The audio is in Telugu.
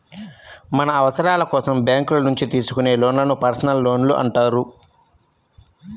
మన అవసరాల కోసం బ్యేంకుల నుంచి తీసుకునే లోన్లను పర్సనల్ లోన్లు అంటారు